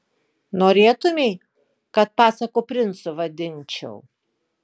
norėtumei kad pasakų princu vadinčiau